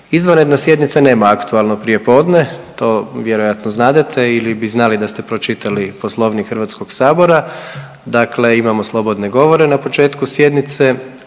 Izvanredna sjednica nema aktualno prijepodne to vjerojatno znadete ili bi znali da ste pročitali poslovnik Hrvatskog sabora. Dakle, imamo slobodne govore na početku sjednice,